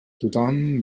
tothom